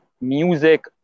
music